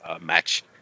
match